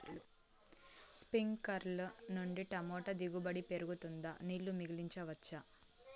స్ప్రింక్లర్లు నుండి టమోటా దిగుబడి పెరుగుతుందా? నీళ్లు మిగిలించవచ్చా?